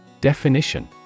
Definition